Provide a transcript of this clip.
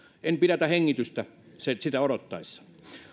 en pidätä hengitystä sitä odottaessa